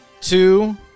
two